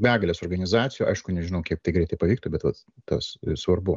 begalės organizacijų aišku nežinau kiek tai greitai pavyktų bet vat tas svarbu